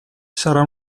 sarà